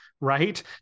right